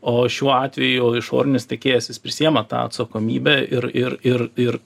o šiuo atveju išorinis tiekėjas jis prisiima tą atsakomybę ir ir ir ir